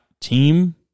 team